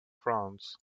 france